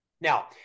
Now